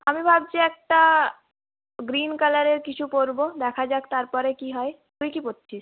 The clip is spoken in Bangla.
আমি ভাবছি একটা গ্রিন কালারের কিছু পরব দেখা যাক তারপরে কি হয় তুই কি পরছিস